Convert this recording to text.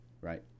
right